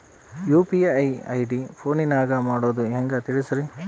UPI ID ಫೋನಿನಾಗ ಮಾಡೋದು ಹೆಂಗ ತಿಳಿಸ್ರಿ?